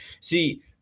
See